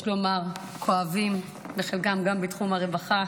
יש לומר, כואבים, וחלקם גם בתחום הרווחה.